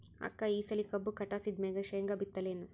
ಅಕ್ಕ ಈ ಸಲಿ ಕಬ್ಬು ಕಟಾಸಿದ್ ಮ್ಯಾಗ, ಶೇಂಗಾ ಬಿತ್ತಲೇನು?